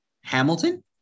Hamilton